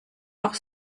auch